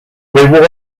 reward